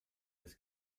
das